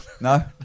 no